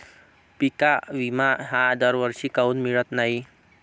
पिका विमा हा दरवर्षी काऊन मिळत न्हाई?